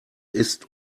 ist